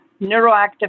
neuroactive